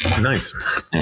Nice